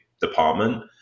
department